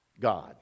God